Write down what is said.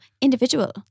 individual